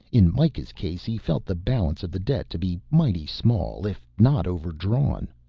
in mikah's case he felt the balance of the debt to be mighty small, if not overdrawn.